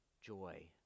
joy